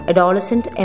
Adolescent